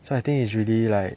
so I think it's really like